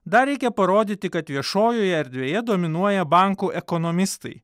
dar reikia parodyti kad viešojoje erdvėje dominuoja bankų ekonomistai